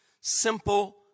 simple